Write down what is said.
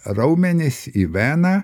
raumenis į veną